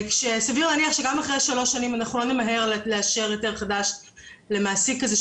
כשסביר להניח שגם אחרי שלוש שנים לא נמהר לאשר היתר חדש למעסיק כזה,